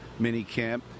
minicamp